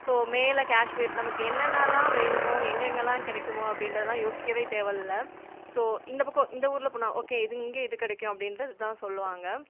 so மேலே காஷ்மீர் நமக்கு என்னென்னல்லாம் வேணுமோ எங்கெங்கெல்லாம் கிடைக்குமோ அப்படின்றதெல்லாம் யோசிக்கவே தேவைல்ல ஸோ இந்த பக்கம் இந்த ஊரில் போனால் ஓகே இது இங்கே இது கிடைக்கும் அப்படின்றது தான் சொல்வாங்க